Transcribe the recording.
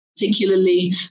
particularly